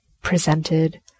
presented